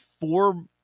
four